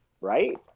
right